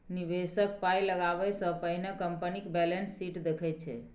निबेशक पाइ लगाबै सँ पहिने कंपनीक बैलेंस शीट देखै छै